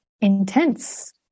intense